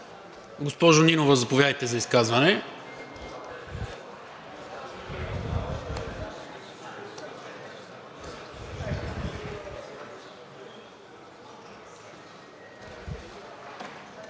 Госпожо Нинова, заповядайте за изказване.